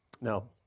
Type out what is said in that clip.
Now